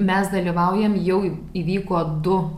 mes dalyvaujame jau įvyko du